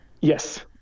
Yes